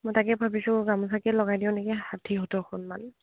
মই তাকে ভাবিছোঁ গামোচাকে লগাই দিওঁ নকি ষাঠিতৰখন মমান